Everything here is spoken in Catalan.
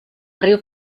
riu